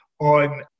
on